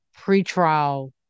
pretrial